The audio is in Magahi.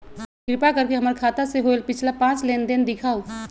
कृपा कर के हमर खाता से होयल पिछला पांच लेनदेन दिखाउ